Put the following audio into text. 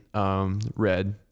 red